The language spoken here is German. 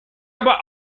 aber